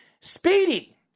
Speedy